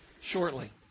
shortly